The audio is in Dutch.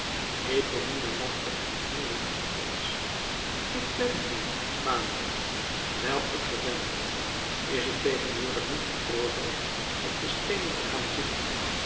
eponine lachte en viel hem om den hals ik ben hier vadertje wijl ik er ben is het tegenwoordig niet geoorloofd op de steenen te gaan zitten